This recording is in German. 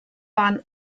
waren